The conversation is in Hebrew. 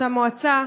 אותה מועצה,